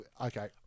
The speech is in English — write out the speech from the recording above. Okay